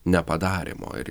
nepadarymo ir